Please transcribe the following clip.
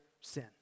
sin